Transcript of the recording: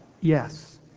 Yes